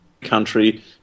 country